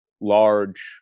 large